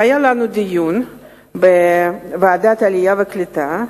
היה לנו דיון בנושא זה בוועדת העלייה והקליטה,